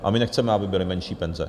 A my nechceme, aby byly menší penze.